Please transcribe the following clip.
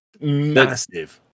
massive